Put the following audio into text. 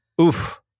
Oof